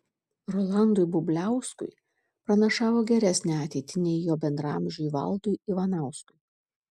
rolandui bubliauskui pranašavo geresnę ateitį nei jo bendraamžiui valdui ivanauskui